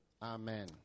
Amen